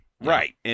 Right